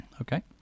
Okay